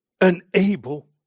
unable